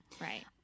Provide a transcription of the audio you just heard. Right